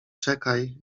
czekaj